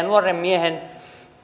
nuoren miehen